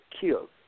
killed